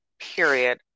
Period